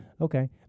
Okay